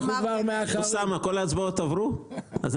מה